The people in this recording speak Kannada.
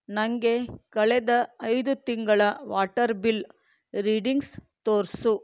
ನಂಗೆ ಕಳೆದ ಐದು ತಿಂಗಳ ವಾಟರ್ ಬಿಲ್ ರೀಡಿಂಗ್ಸ್ ತೋರಿಸು